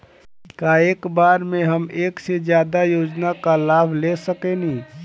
का एक बार में हम एक से ज्यादा योजना का लाभ ले सकेनी?